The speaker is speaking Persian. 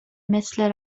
مثل